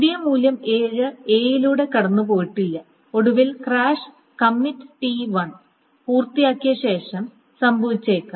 പുതിയ മൂല്യം 7 എയിലൂടെ കടന്നുപോയിട്ടില്ല ഒടുവിൽ ക്രാഷ് കമ്മിറ്റ് ടി 1 പൂർത്തിയാക്കിയ ശേഷം സംഭവിച്ചേക്കാം